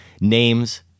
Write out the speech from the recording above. names